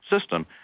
system